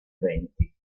venti